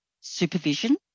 supervision